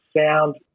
sound